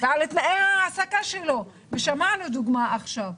ועל תנאי ההעסקה שלו, ושמענו דוגמה עכשיו.